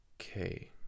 Okay